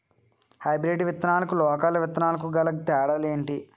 Hybrid విత్తనాలకు local విత్తనాలకు గల తేడాలు ఏంటి?